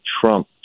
Trump